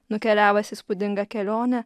nukeliavęs įspūdingą kelionę